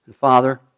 Father